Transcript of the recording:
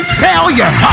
failure